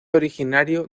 originario